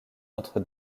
notre